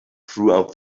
throughout